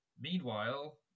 Meanwhile